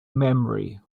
memory